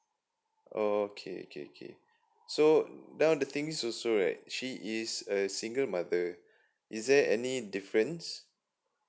oh okay okay okay so now the thing is also right she is a single mother is there any difference